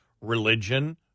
religion